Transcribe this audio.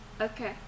Okay